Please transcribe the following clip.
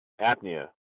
apnea